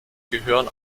gehören